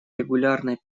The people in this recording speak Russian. регулярной